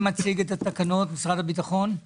הצעת תקנות מס ערך מוסף (הוראת שעה).